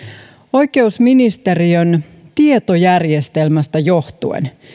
oikeusministeriön tietojärjestelmästä johtuen